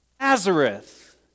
nazareth